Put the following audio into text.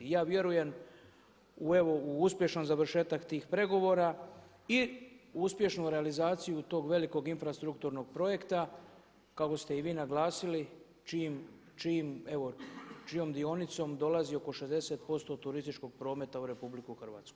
Ja vjerujem u uspješan završetak tih pregovora i u uspješnu realizaciju tog velikog infrastrukturnog projekta, kako ste i vi naglasili čijom dionicom dolazi oko 60% turističkog prometa u RH.